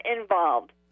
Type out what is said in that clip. involved